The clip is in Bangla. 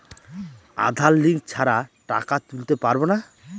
আধার লিঙ্ক ছাড়া টাকা তুলতে পারব না?